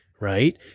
Right